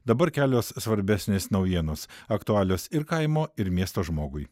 dabar kelios svarbesnės naujienos aktualios ir kaimo ir miesto žmogui